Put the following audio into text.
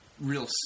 real